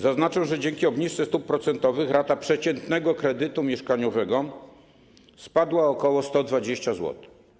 Zaznaczę, że dzięki obniżce stóp procentowych rata przeciętnego kredytu mieszkaniowego spadła o ok. 120 zł.